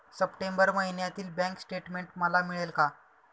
September महिन्यातील bank statement मला मिळेल का?